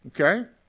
okay